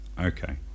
Okay